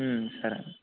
సరే